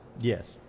yes